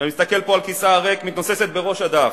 אני מסתכל פה על כיסאה הריק, מתנוססת בראש הדף.